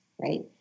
right